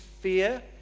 fear